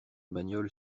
bagnole